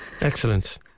Excellent